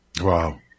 Wow